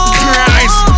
Christ